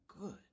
good